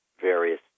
various